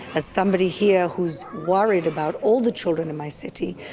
as somebody here who was worried about all the children in my city,